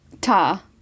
Ta